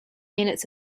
minutes